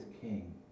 king